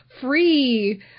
free